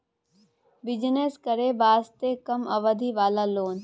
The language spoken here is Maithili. बिजनेस करे वास्ते कम अवधि वाला लोन?